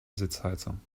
sitzheizung